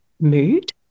mood